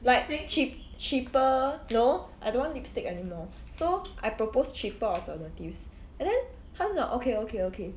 like cheap cheaper no I don't want lipstick anymore so I proposed cheaper alternatives and then 他就讲 okay okay okay